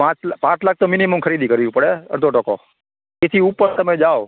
પાંચ પાંચ લાખ મિનિમમ ખરીદી કરવી પડે અડધો ટકો તેથી ઉપર તમે જાયો